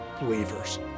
believers